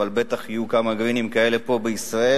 אבל בטח יהיו כמה "גרינים" כאלה פה בישראל,